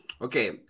Okay